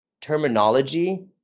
terminology